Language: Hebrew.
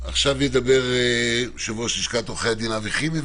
ידבר יושב-ראש לשכת עורכי הדין, אבי חימי.